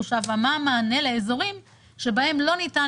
אני רוצה לדעת איך זה מחושב ומה המענה לאזורים שבהם לא ניתן